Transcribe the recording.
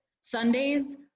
Sundays